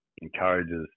encourages